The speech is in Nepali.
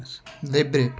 देब्रे